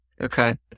Okay